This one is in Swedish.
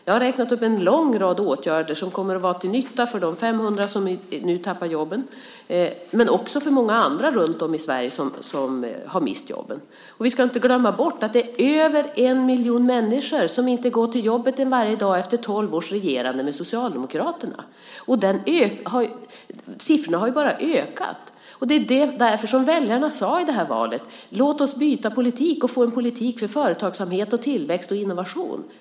Jag har räknat upp en lång rad åtgärder som kommer att vara till nytta för de 500 som nu förlorar jobben men också för många andra runtom i Sverige som har mist jobben. Och vi ska inte glömma bort att det efter tolv års regerande med Socialdemokraterna är över en miljon människor som inte går till jobbet varje dag. Och antalet har bara ökat. Det är därför som väljarna i detta val sade: Låt oss byta politik och få en politik för företagsamhet, tillväxt och innovation.